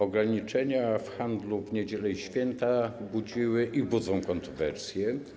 Ograniczenia odnośnie do handlu w niedzielę i święta budziły i budzą kontrowersje.